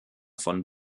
von